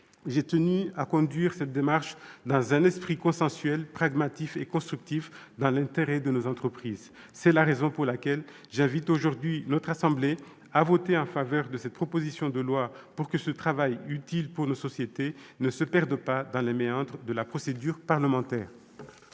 j'ai tenu à conduire cette démarche dans un esprit consensuel, pragmatique et constructif, dans l'intérêt de nos entreprises. C'est la raison pour laquelle j'invite notre assemblée à voter la proposition de loi, pour que ce travail utile pour nos sociétés ne se perde pas dans les méandres de la procédure parlementaire.